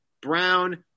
Brown